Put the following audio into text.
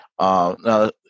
Now